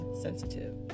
sensitive